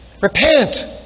Repent